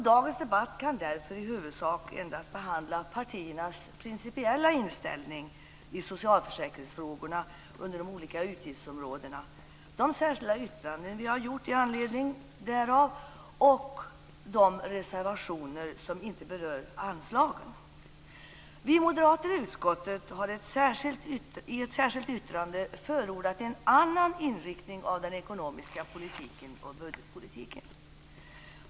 Dagens debatt kan därför i huvudsak endast behandla partiernas principiella inställning i socialförsäkringsfrågorna under de olika utgiftsområdena, de särskilda yttranden vi gjort i anledning därav och de reservationer som inte berör anslagen. Vi moderater i utskottet har i ett särskilt yttrande förordat en annan inriktning av den ekonomiska politiken och budgetpolitiken.